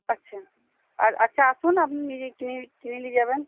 আচ্ছা আর আচ্ছা আসুন আপনি নিজে কিনে কিনে নিয়ে যাবেন